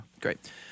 Great